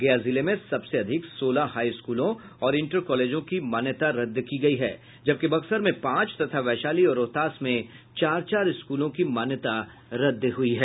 गया जिले में सबसे अधिक सोलह हाई स्कूलों और इंटर कॉलेजों की मान्यता रद्द की गयी है जबकि बक्सर में पांच तथा वैशाली और रोहतास में चार चार स्कूलों की मान्यता रद्द हुई है